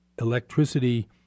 electricity